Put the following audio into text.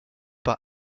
par